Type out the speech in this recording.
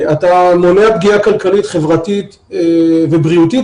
אתה מונע פגיעה כלכלית-חברתית ובריאותית